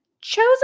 chose